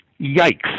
Yikes